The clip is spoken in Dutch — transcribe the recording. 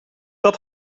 dat